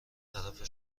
طرف